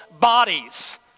bodies